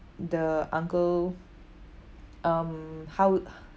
the uncle um how